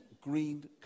green